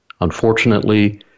Unfortunately